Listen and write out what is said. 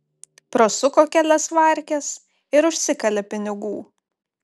prasuko kelias varkes ir užsikalė pinigų